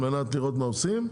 על מנת לראות מה עושים.